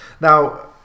Now